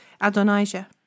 Adonijah